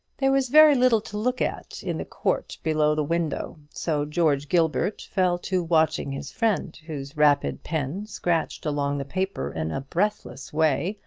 there was very little to look at in the court below the window so george gilbert fell to watching his friend, whose rapid pen scratched along the paper in a breathless way,